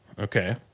Okay